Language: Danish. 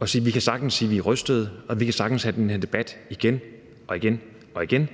og sige, at vi sagtens kan sige, vi er rystede, og at vi sagtens kan have den her debat igen og igen–